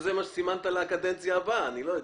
זה יצר עיוות בחקיקה שהפחיתה את מספר הסגנים, בטח